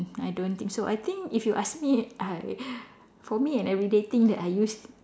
I don't think so I think if you ask me I for me an everyday thing that I use